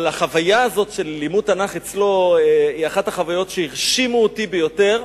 החוויה הזאת של לימוד תנ"ך אצלו היא אחת החוויות שהרשימו אותי ביותר,